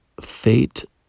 fate